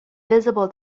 visible